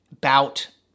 bout